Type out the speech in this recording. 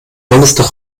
donnerstag